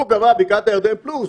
הוא קבע בקעת הירדן פלוס